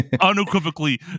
Unequivocally